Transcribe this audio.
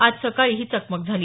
आज सकाळी ही चकमक झाली